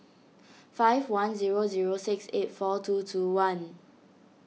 five one zero zero six eight four two two one